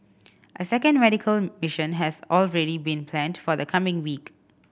a second medical mission has already been planned for the coming week